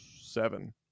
seven